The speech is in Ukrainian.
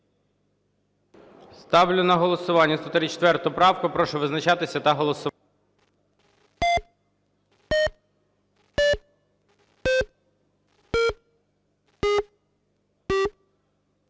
Ставлю на голосування 155 правку. Прошу визначатися та голосувати.